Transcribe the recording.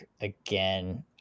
again